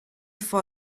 for